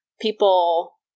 people